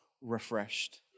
refreshed